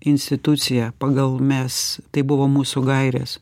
institucija pagal mes tai buvo mūsų gairės